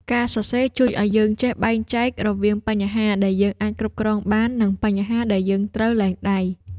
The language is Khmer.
ការសរសេរជួយឱ្យយើងចេះបែងចែករវាងបញ្ហាដែលយើងអាចគ្រប់គ្រងបាន និងបញ្ហាដែលយើងត្រូវលែងដៃ។